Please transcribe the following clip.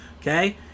okay